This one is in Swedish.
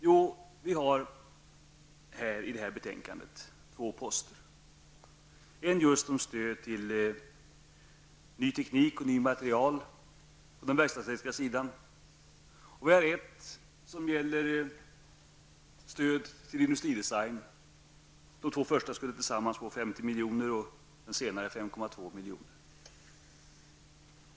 Jo, i det här betänkandet finns två poster, en post som avser stöd till ny teknik och nytt material på den verkstadstekniska sidan och en post som avser stöd till industridesign. Den första posten tilldelas 50 milj.kr. och den senare 5,2 milj.kr.